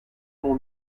mon